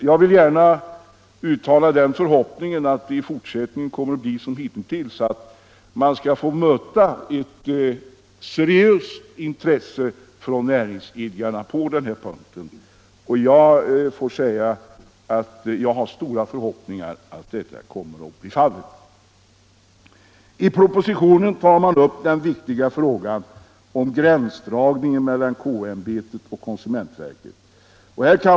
Jag vill gärna uttala den förhoppningen att det i fortsättningen kommer att bli som hittills — att man skall få möta ett seriöst intresse från näringsidkarna på den här punkten. Jag har stora förhoppningar om att detta kommeratt bli fallet. I propositionen tar man upp den viktiga frågan om gränsdragningen mellan KO-ämbetet och konsumentverket.